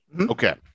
Okay